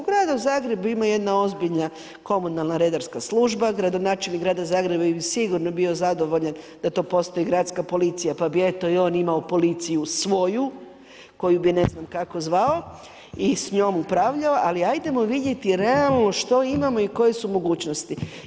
U gradu Zagrebu ima jedna ozbiljna komunalna redarska služba, gradonačelnik grada Zagreba bi sigurno bio zadovoljan da to postoji gradska policija pa bi eto i on imao policiju svoju koju bi ne znam kako zvao i s njom upravljao, ali ajdemo vidjeti realno što imamo i koje su mogućnosti.